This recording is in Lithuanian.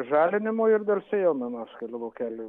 žalinimo ir dar sėjomainos keli laukeliai